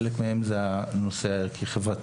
חלק מהן זה הנושא החברתי,